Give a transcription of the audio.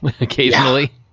occasionally